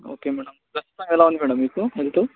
okay madam ప్రస్తుతం ఎలా ఉంది మ్యాడమ్ మీకు హెల్త్